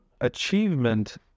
achievement